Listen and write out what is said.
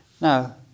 Now